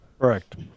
Correct